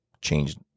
changed